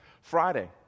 Friday